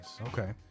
okay